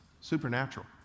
Supernatural